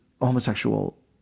homosexual